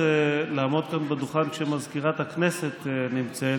לעמוד כאן בדוכן כשמזכירת הכנסת נמצאת,